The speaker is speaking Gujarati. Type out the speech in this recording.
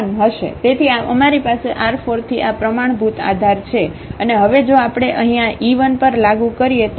તેથી અમારી પાસે R4 થી આ પ્રમાણભૂત આધાર છે અને હવે જો આપણે અહીં આ e1 પર લાગુ કરીએ તો